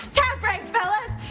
tap break, fellas.